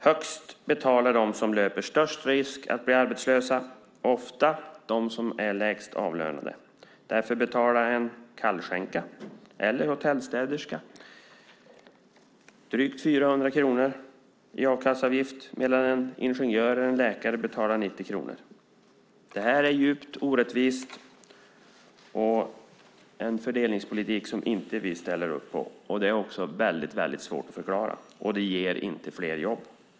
Mest betalar de som löper störst risk att bli arbetslösa, ofta de lägst avlönade. Därför betalar en kallskänka eller hotellstäderska drygt 400 kronor i a-kasseavgift medan en ingenjör eller läkare betalar 90 kronor. Det är djupt orättvist och en fördelningspolitik som vi inte ställer upp på. Den är svår att förklara, och dessutom ger den inte fler jobb.